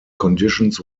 conditions